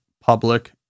Public